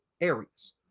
areas